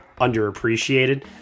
underappreciated